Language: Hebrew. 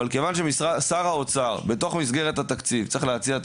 אבל כיוון ששר האוצר בתוך מסגרת התקציב צריך להציע את